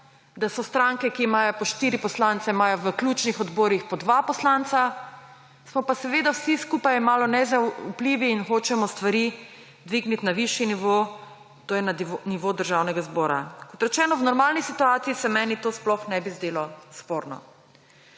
da stranke, ki imajo po štiri poslance, imajo v ključnih odborih po dva poslanca, smo pa seveda vsi skupaj malo nezaupljivi in hočemo stvari dvigniti na višji nivo, to je na nivo Državnega zbora. Kot rečeno, v normalni situaciji se meni to sploh ne bi zdelo sporno.